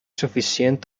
suficient